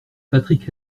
patrick